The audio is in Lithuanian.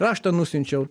raštą nusiunčiau